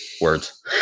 words